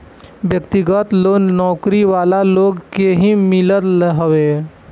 व्यक्तिगत लोन नौकरी वाला लोग के ही मिलत हवे